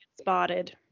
spotted